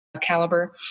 caliber